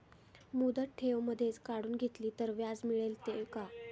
मुदत ठेव मधेच काढून घेतली तर व्याज मिळते का?